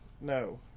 no